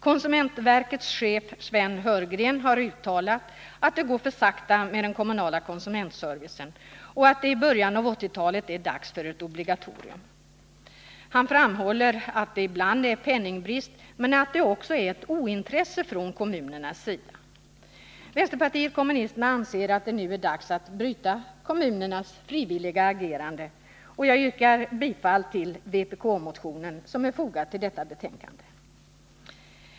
Konsumentverkets chef Sven Heurgren har uttalat att det går för sakta med den kommunala konsumentservicen och att det i början av 1980-talet är dags för ett obligatorium. Han framhåller att det ibland beror på penningbrist men att det också beror på ett ointresse från kommunernas sida. Vpk menar att det nu är dags att bryta kommunernas frivilliga agerande, och jag yrkar därför bifall till vpk-motionen 1448.